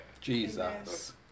jesus